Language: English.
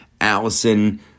Allison